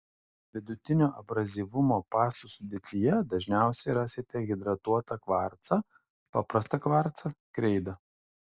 vidutinio abrazyvumo pastų sudėtyje dažniausiai rasite hidratuotą kvarcą paprastą kvarcą kreidą